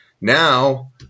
now